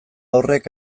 horrek